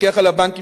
המפקח על הבנקים,